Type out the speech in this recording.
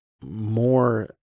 more